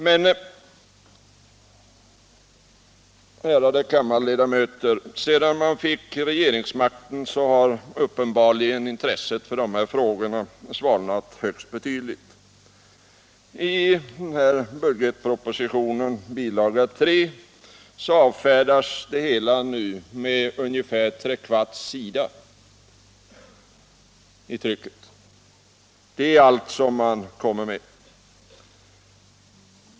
Men, ärade kammarledamöter, sedan man fick regeringsmakten har uppenbarligen intresset för dessa frågor svalnat högst betydligt. I den här budgetpropositionen, bilaga 3, avfärdas frågan på ungefär tre kvarts sida. Detta är allt man kommer med.